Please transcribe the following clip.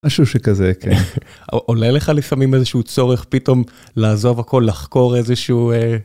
משהו שכזה כן. עולה לך לפעמים איזה שהוא צורך פתאום, לעזוב הכל לחקור איזה שהוא א...